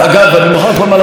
אני מוכרח לומר לך בעניין הזה,